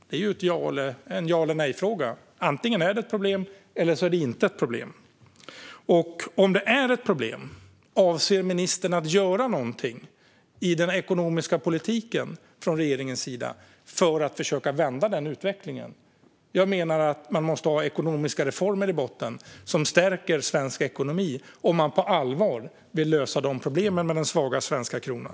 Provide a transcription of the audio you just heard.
Det är en ja eller nej-fråga - antingen är det ett problem eller så är det inte ett problem. Om det är ett problem, avser ministern då att göra någonting i den ekonomiska politiken från regeringens sida för att försöka vända den utvecklingen? Jag menar att man måste ha ekonomiska reformer i botten som stärker svensk ekonomi om man på allvar vill lösa problemen med den svaga svenska kronan.